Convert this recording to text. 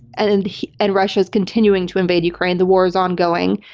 and and and russia's continuing to invade ukraine, the war is ongoing,